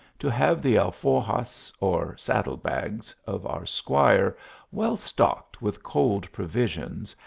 to have the alforjas, or saddle-bags, of our squire well stocked with cold provisions,